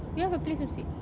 you don't have a place to sit